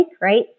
right